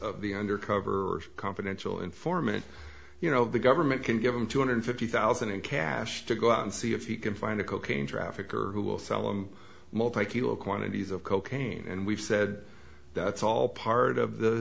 of the undercover confidential informant you know the government can give them two hundred fifty thousand in cash to go out and see if you can find a cocaine trafficker who will sell them most likely will quantities of cocaine and we've said it's all part of the